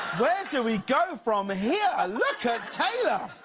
where do we go from here? ah look at taylor!